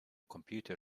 computer